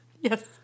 Yes